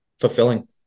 fulfilling